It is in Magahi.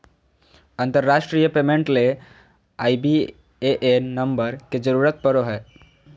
अंतरराष्ट्रीय पेमेंट ले आई.बी.ए.एन नम्बर के जरूरत पड़ो हय